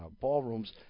Ballrooms